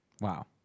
Wow